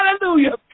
hallelujah